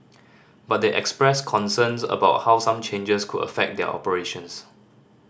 but they expressed concerns about how some changes could affect their operations